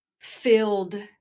filled